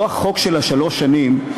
לא החוק של שלוש השנים,